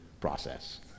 process